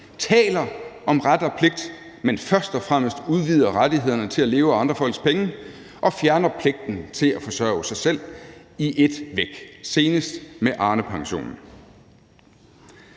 taler om ret og pligt, men først og fremmest udvider rettighederne til at leve af andre folks penge og fjerner pligten til at forsørge sig selv i ét væk, senest med Arnepensionen.